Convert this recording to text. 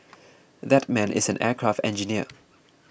that man is an aircraft engineer